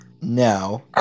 Now